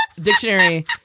dictionary